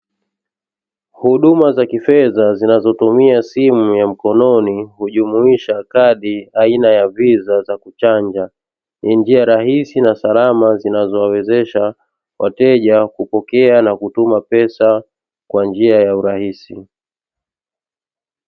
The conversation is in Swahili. Huduma za kifedha zinazotumia simu ya mkononi, hujumuisha kadi aina ya Visa za kuchanja, ni njia rahisi na salama zinazo wawezesha wateja kupokea na kutuma pesa kwa njia ya uarahisi.